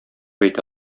әйтә